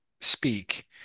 speak